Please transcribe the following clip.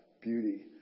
beauty